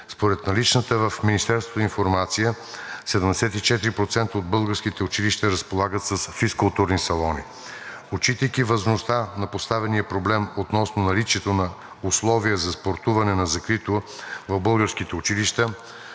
Според наличната в Министерството информация 74% от българските училища разполагат с физкултурни салони. Отчитайки възможността на поставения проблем относно наличието на условия за спортуване на закрито в българските училища,